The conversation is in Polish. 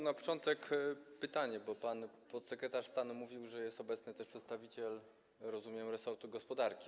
Na początek pytanie, bo pan podsekretarz stanu mówił, że jest obecny też przedstawiciel, rozumiem, resortu gospodarki.